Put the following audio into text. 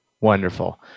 Wonderful